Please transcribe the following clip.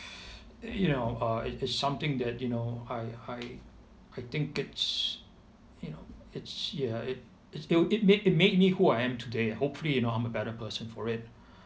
you know uh it it's something that you know I I I think it's you know it's ya it it it make it made me who I am today hopefully you know I'm a better person for it